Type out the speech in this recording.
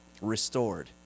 restored